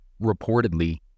Reportedly